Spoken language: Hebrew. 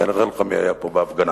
אני אראה לך מי היה פה בהפגנה.